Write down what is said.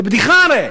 זה בדיחה הרי.